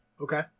Okay